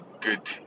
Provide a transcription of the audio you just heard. good